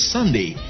Sunday